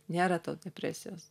nėra tau depresijos